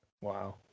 Wow